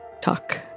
talk